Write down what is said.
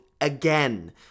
again